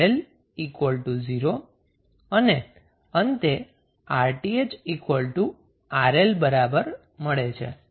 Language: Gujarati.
તેથી RTh RL0 અને અંતે RTh RL મળે છે